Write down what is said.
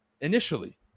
initially